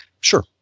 Sure